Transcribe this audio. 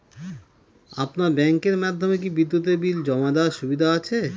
আপনার ব্যাংকের মাধ্যমে কি বিদ্যুতের বিল জমা দেওয়ার সুবিধা রয়েছে?